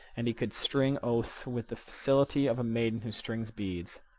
and he could string oaths with the facility of a maiden who strings beads.